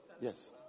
Yes